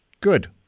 good